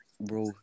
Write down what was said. bro